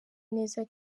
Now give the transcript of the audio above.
neza